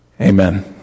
Amen